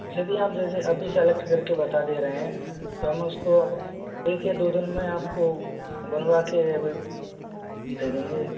यदि आप जैसे अभी सलैक्ट करके बता दे रहे हैं तो हम उसको एक या दो दिन में आपको बनवा के दे देंगे